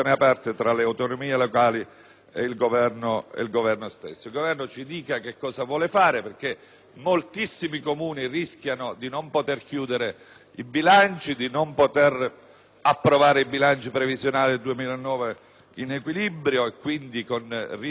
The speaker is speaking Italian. moltissimi Comuni rischiano di non poter chiudere i bilanci, di non poter approvare i bilanci previsionali del 2009 in equilibrio e quindi con rischio di dissesto finanziario, di decurtazione dei servizi; il tasso di federalismo, com’enoto,